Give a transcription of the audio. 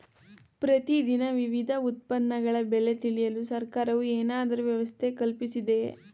ಪ್ರತಿ ದಿನ ವಿವಿಧ ಉತ್ಪನ್ನಗಳ ಬೆಲೆ ತಿಳಿಯಲು ಸರ್ಕಾರವು ಏನಾದರೂ ವ್ಯವಸ್ಥೆ ಕಲ್ಪಿಸಿದೆಯೇ?